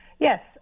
Yes